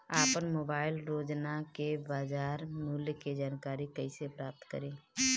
आपन मोबाइल रोजना के बाजार मुल्य के जानकारी कइसे प्राप्त करी?